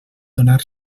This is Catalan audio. donar